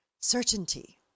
certainty